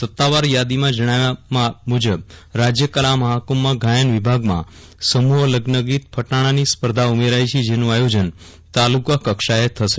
સત્તાવાર યાદીમાં જણાવાયું છે કે રાજ્ય કલા મહાકુંભમાં ગાયન વિભાગમાં સમૂહ લગ્નગીત ફટાણાની સ્પર્ધા ઉમેરાઇ છે જેનું આયોજન તાલુકા કક્ષાએ થશે